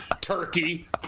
turkey